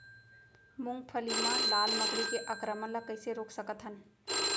मूंगफली मा लाल मकड़ी के आक्रमण ला कइसे रोक सकत हन?